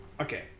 okay